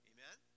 Amen